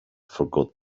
forgot